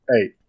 Hey